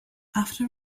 after